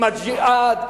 עם "הג'יהאד"?